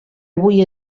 avui